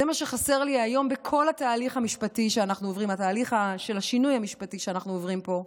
זה מה שחסר לי היום בכל התהליך של השינוי המשפטי שאנחנו עוברים פה.